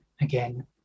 Again